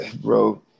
Bro